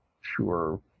sure